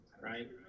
Right